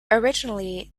originally